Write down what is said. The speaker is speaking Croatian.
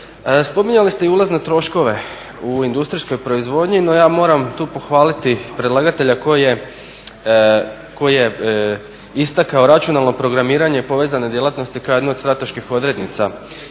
Spominjali ste i ulazne troškove u industrijskoj proizvodnji no ja moram tu pohvaliti predlagatelja koji je istakao računalno programiranje i povezane djelatnosti kao jednu od strateških odrednica